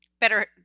better